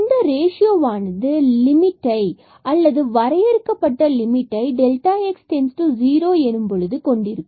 இந்த ரேசியோ ஆனது லிமிட்டை வரையறுக்கப்பட்ட லிமிட்டை x→0 எனும் போது கொண்டிருக்கும்